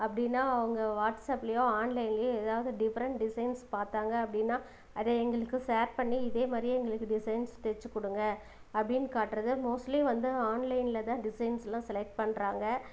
அப்படின்னா அவங்க வாட்ஸ்ஆப்லேயோ ஆன்லைன்லேயோ ஏதாவது டிஃப்ரெண்ட் டிசைன்ஸ் பார்த்தாங்க அப்படின்னா அதை எங்களுக்கு சேர் பண்ணி இதே மாதிரியே எங்களுக்கு டிசைன்ஸ் தைச்சிக்குடுங்க அப்படின்னு காட்டுறது மோஸ்ட்லி வந்து ஆன்லைனில் தான் டிசைன்ஸெலாம் செலெக்ட் பண்ணுறாங்க